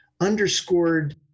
underscored